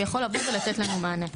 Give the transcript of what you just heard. ויכול לבוא ולתת לנו מענה.